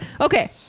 Okay